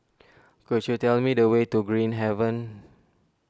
could you tell me the way to Green Haven